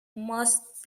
must